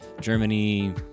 Germany